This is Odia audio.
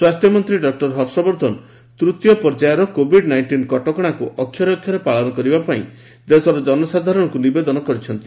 ସ୍ୱାସ୍ଥ୍ୟମନ୍ତ୍ରୀ ଡକ୍ଟ ହର୍ଷବର୍ଦ୍ଧନ ତୂତୀୟ ପର୍ଯ୍ୟାୟର କୋଭିଭ୍ ନାଇଷ୍ଟିନ୍ କଟକଣାର ଅକ୍ଷରେ ଅକ୍ଷରେ ପାଳନ କରିବାପାଇଁ ଦେଶର ଜନସାଧାରଣଙ୍କୁ ନିବେଦନ କରିଛନ୍ତି